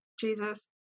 Jesus